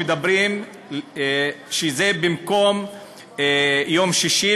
שמדברים שזה במקום יום שישי,